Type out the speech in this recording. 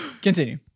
Continue